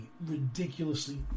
ridiculously